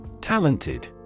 Talented